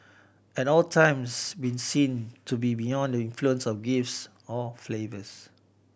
at all times be seen to be beyond the influence of gifts or favours